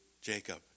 Jacob